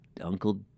Uncle